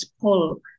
pull